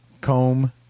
comb